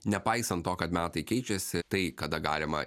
nepaisant to kad metai keičiasi tai kada galima